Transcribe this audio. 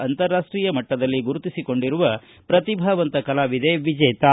ಅಂತರಾಷ್ಷೀಯ ಮಟ್ಟದಲ್ಲಿ ಗುರುತಿಸಿಕೊಂಡಿರುವ ಪ್ರತಿಭಾವಂತ ಕಲಾವಿದೆ ವಿಜೇತಾ